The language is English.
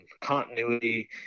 continuity